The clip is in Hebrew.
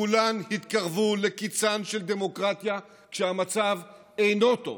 כולן התקרבו לקיצה של דמוקרטיה כשהמצב אינו טוב.